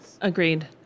agreed